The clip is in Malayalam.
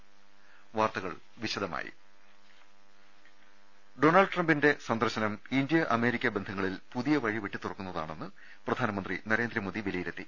ൾ ൽ ൾ ഡൊണാൾഡ് ട്രംപിന്റെ സന്ദർശനം ഇന്തൃ അമേരിക്ക ബന്ധ ങ്ങളിൽ പുതിയ വഴി വെട്ടിതുറക്കുന്നതാണെന്ന് പ്രധാനമന്ത്രി നരേ ന്ദ്രമോദി വിലയിരുത്തി